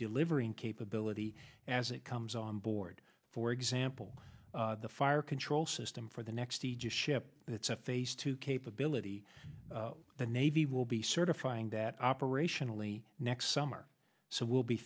delivering capability as it comes on board for example the fire control system for the next aegis ship it's a face to capability the navy will be certifying that operationally next summer so will be